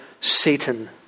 Satan